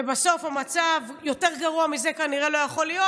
ובסוף המצב, יותר גרוע מזה כנראה לא יכול להיות.